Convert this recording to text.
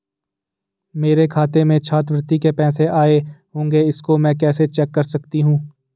मेरे खाते में छात्रवृत्ति के पैसे आए होंगे इसको मैं कैसे चेक कर सकती हूँ?